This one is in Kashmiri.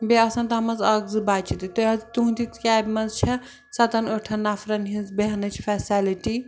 بیٚیہِ آسَن تَتھ منٛز اَکھ زٕ بَچہٕ تہِ تُہۍ حظ تُہُنٛدِ کیبہِ منٛز چھےٚ سَتَن ٲٹھَن نَفرَن ہِنٛز بیٚہنٕچ فٮ۪سٮ۪لٹی